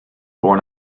born